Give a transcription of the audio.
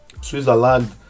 switzerland